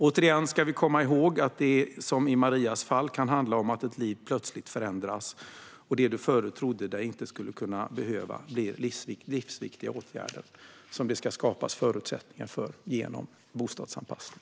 Återigen ska vi komma ihåg att detta, som i Marias fall, kan handla om att ett liv plötsligt förändras och att det du tidigare inte trodde dig behöva blir livsviktiga åtgärder - som det ska skapas förutsättningar för genom bostadsanpassning.